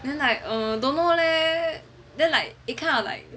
then like err don't know leh then like it kind of like drag